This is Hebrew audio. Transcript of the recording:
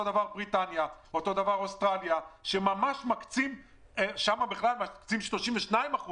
אותו הדבר בריטניה ואוסטרליה, ושם בכלל מקצים 32%,